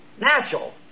Natural